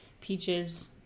peaches